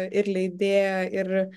ir leidėją ir